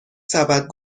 سبد